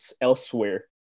elsewhere